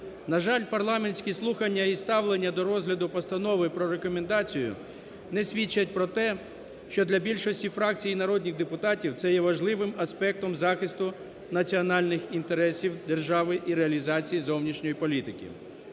На жаль, парламентські слухання і ставлення до розгляду постанови про рекомендації не свідчать про те, що для більшості фракцій і народних депутатів це є важливим аспектом захисту національних інтересів держави і реалізації зовнішньої політики.